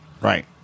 Right